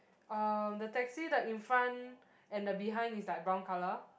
uh the taxi the in front and the behind is like brown colour